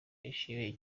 nishimiye